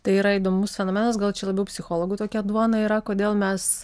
tai yra įdomus fenomenas gal čia labiau psichologų tokia duona yra kodėl mes